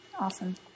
awesome